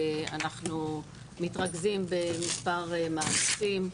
אנחנו מתרכזים במספר מאמצים.